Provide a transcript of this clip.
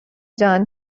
جان